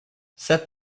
set